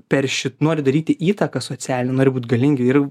perši nori daryti įtaką socialiniai nori būt galingi ir